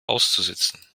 auszusitzen